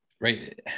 right